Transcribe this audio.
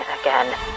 again